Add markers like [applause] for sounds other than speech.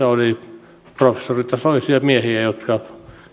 [unintelligible] oli professoritasoisia miehiä jotka